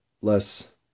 less